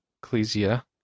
Ecclesia